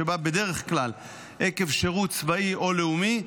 שבה בדרך כלל עקב שירות צבאי או לאומי,